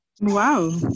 Wow